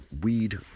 weed